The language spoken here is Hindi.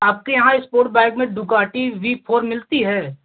आपके यहाँ इस्पोर्ट बाइक में डूकाटी वी फोर मिलती है